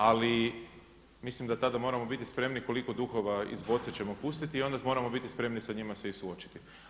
Ali mislim da tada moramo biti spremni koliko duhova iz boce ćemo pustiti i onda moramo biti spremni sa njima se i suočiti.